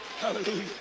Hallelujah